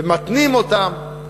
ומתנים אותם,